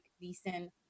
decent